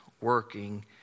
working